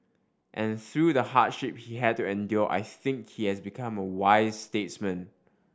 and through the hardship he had to endure I think he has become a wise statesman